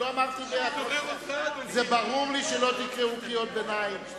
ברור לי שלא תקראו קריאות ביניים.